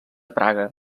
praga